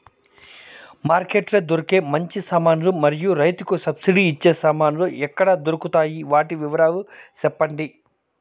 Market లో దొరికే మంచి సామాన్లు మరియు రైతుకు సబ్సిడి వచ్చే సామాన్లు ఎక్కడ దొరుకుతాయి? వాటి వివరాలు సెప్పండి?